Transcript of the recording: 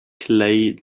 clay